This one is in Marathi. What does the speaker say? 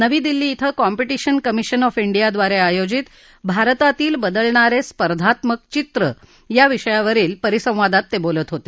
नवी दिल्ली बें कॉंपिटींशन कमिशन ऑफ डियाद्वारे आयोजित भारतातील बदलणारे स्पर्धात्मक चित्र या विषयावरील परिसंवादात ते बोलत होते